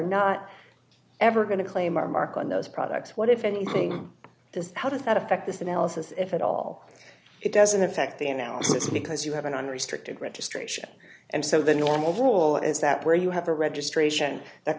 not ever going to claim our mark on those products what if anything does how does that affect this analysis if at all it doesn't affect the analysis because you have an unrestricted registration and so the normal rule is that where you have a registration that